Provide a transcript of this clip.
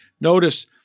Notice